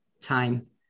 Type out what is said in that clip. time